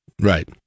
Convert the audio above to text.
right